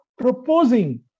proposing